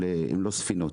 אבל הם לא ספינות.